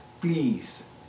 please